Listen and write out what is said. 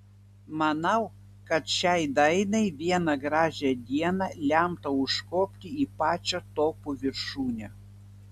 manau kad šiai dainai vieną gražią dieną lemta užkopti į pačią topų viršūnę